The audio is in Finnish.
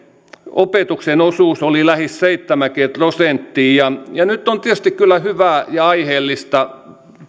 opetuksen osuus oli lähes seitsemänkymmentä prosenttia nyt on tietysti kyllä hyvä ja aiheellista